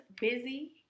busy